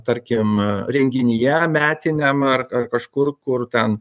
tarkim renginyje metiniam ar ar kažkur kur ten